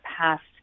past